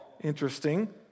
Interesting